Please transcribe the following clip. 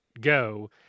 go